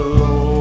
Lord